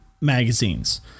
magazines